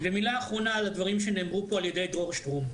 מילה אחרונה על הדברים שנאמרו פה על ידי דרור שטרום.